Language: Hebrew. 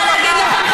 אני רוצה להגיד לכם,